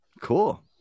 Cool